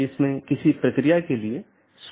इसमें स्रोत या गंतव्य AS में ही रहते है